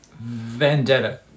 Vendetta